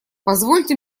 позвольте